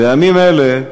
בימים אלה,